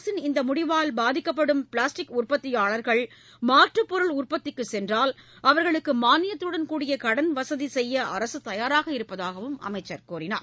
அரசின் இந்த முடிவால் பாதிக்கப்படும் பிளாஸ்டிக் உற்பத்தியாளர்கள் மாற்றுப் பொருள் உற்பத்திக்கு சென்றால் அவர்களுக்கு மாளியத்துடன் கூடிய கடன் வசதி செய்ய அரசு தயாராக இருப்பதாகவும் அமைச்சர் கூறினார்